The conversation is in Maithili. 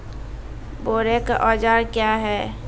बोरेक औजार क्या हैं?